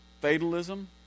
fatalism